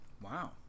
wow